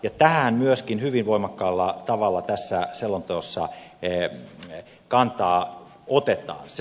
ja tähän myöskin hyvin voimakkaalla tavalla tässä selonteossa kantaa otetaan